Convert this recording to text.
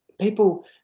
People